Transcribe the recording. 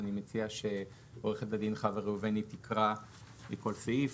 אני מציע שעורכת הדין חוה ראובני תקרא כל סעיף,